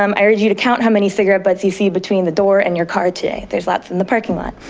um i urge you to count how many cigarette butts you see between the door and your car today, there's lots in the parking lot.